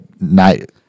night –